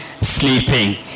sleeping